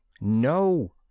No